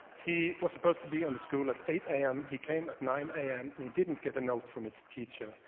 he was supposed to be in the school at eight a m. he came at nine a m, and he didn't get a note from his teacher,